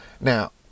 Now